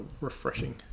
refreshing